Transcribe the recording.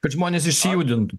kad žmonės išsijudintų